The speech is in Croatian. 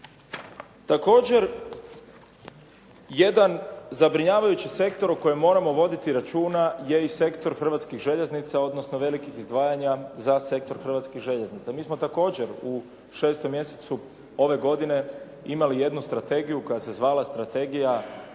Također, jedan zabrinjavajući sektor o kojem moramo voditi računa je i sektor Hrvatskih željeznica, odnosno velikih izdvajanja za sektor Hrvatskih željeznica. Mi smo također u 6. mjesecu ove godine imali jednu Strategiju koja se zvala strategija razvoja